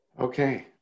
Okay